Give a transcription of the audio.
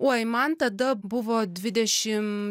oi man tada buvo dvidešim